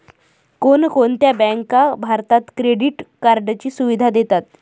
कोणकोणत्या बँका भारतात क्रेडिट कार्डची सुविधा देतात?